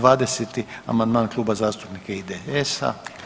20. amandman Kluba zastupnika IDS-a.